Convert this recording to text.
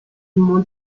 moments